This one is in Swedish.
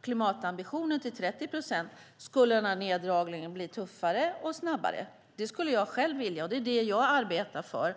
klimatambitionen till 30 procent. Det skulle jag själv vilja, och det är det jag arbetar för.